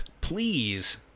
please